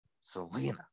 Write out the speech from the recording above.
Selena